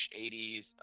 80s